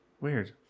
Weird